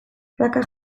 praka